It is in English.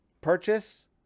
purchase